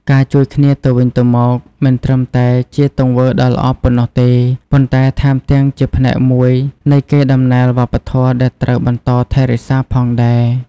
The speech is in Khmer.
ការជួយគ្នាទៅវិញទៅមកមិនត្រឹមតែជាទង្វើដ៏ល្អប៉ុណ្ណោះទេ ប៉ុន្តែថែមទាំងជាផ្នែកមួយនៃកេរដំណែលវប្បធម៌ដែលត្រូវបន្តថែរក្សាផងដែរ។